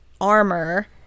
armor